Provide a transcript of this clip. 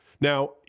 Now